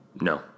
No